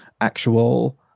actual